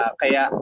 kaya